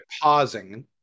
pausing